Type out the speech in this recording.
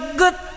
good